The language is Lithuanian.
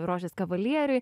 rožės kavalieriui